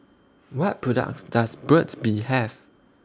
What products Does Burt's Bee Have